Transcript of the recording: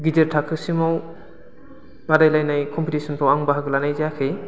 गिदिर थाखोसिमाव बादायलायनाय कम्पिटिशनफ्राव आं बाहागो लानाय जायाखै